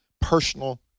personal